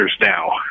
now